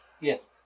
Yes